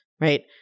right